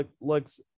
looks